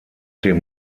dem